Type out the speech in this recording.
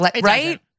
Right